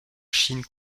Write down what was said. chine